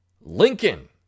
Lincoln